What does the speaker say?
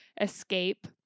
escape